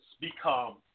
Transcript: become